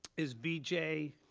is vijay.